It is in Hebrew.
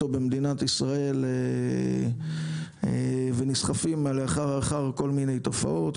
במדינת ישראל ונסחפים אחרי כל מיני תופעות,